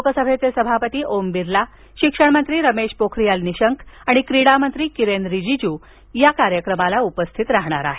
लोकसभेचे सभापती ओम बिर्ला शिक्षणमंत्री रमेश पोखरियाल निशंक आणि क्रीडामंत्री किरेन रिजिजू या कार्यक्रमाला उपस्थित राहणार आहेत